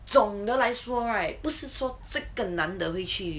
总的来说 right 不是说这个男的会去